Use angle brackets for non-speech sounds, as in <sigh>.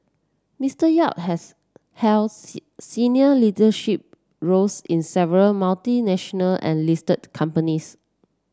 Mister Yap has held <unintelligible> senior leadership roles in several multinational and listed companies